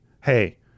hey